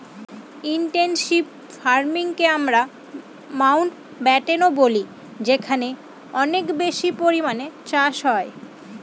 intensive ফার্মিংকে আমরা মাউন্টব্যাটেনও বলি যেখানে অনেক বেশি পরিমানে চাষ হয়